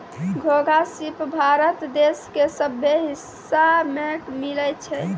घोंघा, सिप भारत देश के सभ्भे हिस्सा में मिलै छै